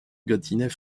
gâtinais